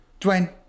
Dwayne